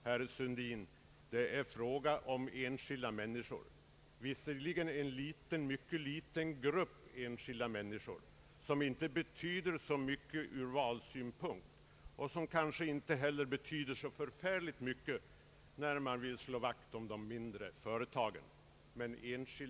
Det är visserligen fråga om en relativt liten grupp enskilda människor som inte betyder så mycket ur valsynpunkt och som man därför kanske inte tänker på när man säger sig vilja slå vakt om de mindre företagen.